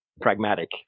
pragmatic